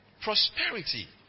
prosperity